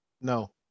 No